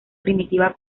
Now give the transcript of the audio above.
primitiva